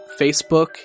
Facebook